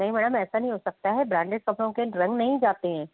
नहीं मैडम ऐसा नहीं हो सकता है ब्रांडेड कपड़ों के रंग नहीं जाते हैं